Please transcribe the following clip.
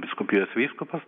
vyskupijos vyskupas